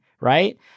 right